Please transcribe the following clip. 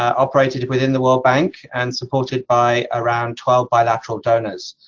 operated within the world bank and supported by around twelve bilateral donors.